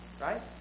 right